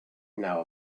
know